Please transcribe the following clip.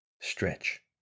Stretch